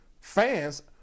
Fans